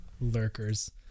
Lurkers